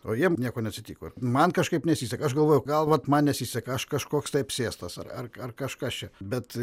o jiem nieko neatsitiko man kažkaip nesiseka aš galvoju gal vat man nesiseka aš kažkoks apsėstas ar ar ar kažkas čia bet